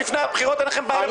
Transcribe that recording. הדיונים.